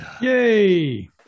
Yay